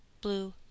blue